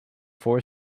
four